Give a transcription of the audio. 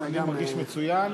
אני מרגיש מצוין.